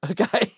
Okay